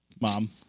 Mom